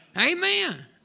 amen